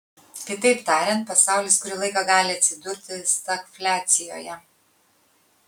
kitaip tariant pasaulis kurį laiką gali atsidurti stagfliacijoje